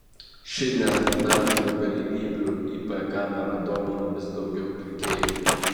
šį nestandartinių galimybių ip kamera domina vis daugiau pirkėjų